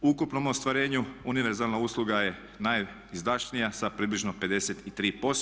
U ukupnom ostvarenju univerzalna usluga je najizdašnija sa približno 53%